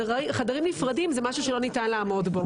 חדרים נפרדים, זה משהו שלא ניתן לעמוד בו.